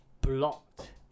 blocked